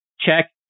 Check